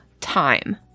time